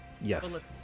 yes